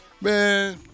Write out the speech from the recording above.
man